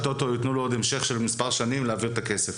הטוטו יתנו לו עוד המשך של מספר שנים להעביר את הכסף.